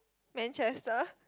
Manchester